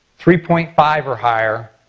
three point five or higher,